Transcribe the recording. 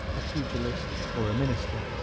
a pugilist or a minister.